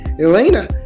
Elena